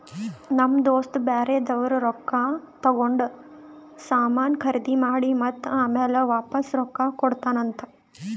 ನಮ್ ದೋಸ್ತ ಬ್ಯಾರೆ ಅವ್ರದ್ ರೊಕ್ಕಾ ತಗೊಂಡ್ ಸಾಮಾನ್ ಖರ್ದಿ ಮಾಡಿ ಮತ್ತ ಆಮ್ಯಾಲ ವಾಪಾಸ್ ರೊಕ್ಕಾ ಕೊಡ್ತಾನ್ ಅಂತ್